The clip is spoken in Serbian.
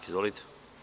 Izvolite.